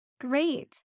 Great